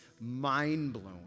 mind-blowing